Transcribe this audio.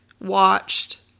watched